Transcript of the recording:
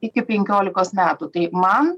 iki penkiolikos metų tai man